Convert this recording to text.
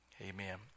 Amen